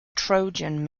trojan